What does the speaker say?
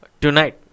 Tonight